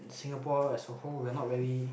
Singapore as a whole we are not very